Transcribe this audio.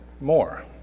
more